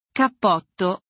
cappotto